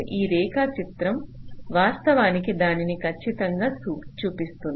ఈ రేఖాచిత్రం వాస్తవానికి దానిని ఖచ్చితంగా చూపిస్తుంది